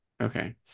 Okay